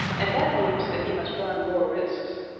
and that means that he must run more risks.